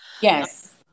Yes